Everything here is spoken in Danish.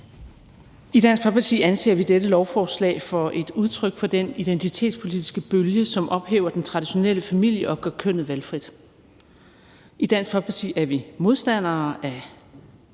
I Dansk Folkeparti anser vi dette lovforslag for at være et udtryk for den identitetspolitiske bølge, som ophæver den traditionelle familie og gør kønnet valgfrit. I Dansk Folkeparti er vi modstandere af